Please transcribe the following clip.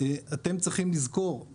אתם צריכים לזכור,